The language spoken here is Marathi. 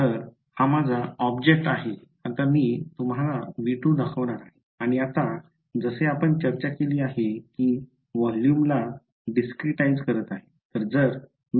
तर हा माझा ऑब्जेक्ट आहे आता मी तुम्हाला V2 दाखवणार आहे आणि आता जसे आपण चर्चा केली आहे की व्हॉल्यूम ला discretise करत आहे